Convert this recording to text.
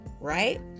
right